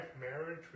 marriage